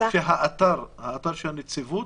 האתר של הנציבות,